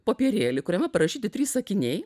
popierėlį kuriame parašyti trys sakiniai